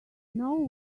know